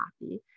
happy